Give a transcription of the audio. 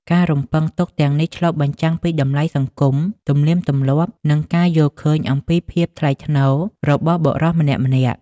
ការរំពឹងទុកទាំងនេះឆ្លុះបញ្ចាំងពីតម្លៃសង្គម ទំនៀមទម្លាប់ និងការយល់ឃើញអំពីភាពថ្លៃថ្នូររបស់បុរសម្នាក់ៗ។